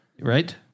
right